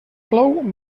plou